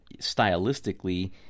stylistically